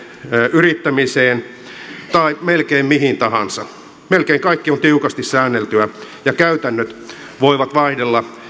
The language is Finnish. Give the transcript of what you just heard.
yrittämiseen tai melkein mihin tahansa melkein kaikki on tiukasti säänneltyä ja käytännöt voivat vaihdella